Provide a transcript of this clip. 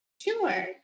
Sure